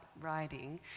writing